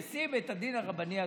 נשיא בית הדין הרבני הגדול.